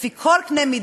לפי כל קנה-מידה,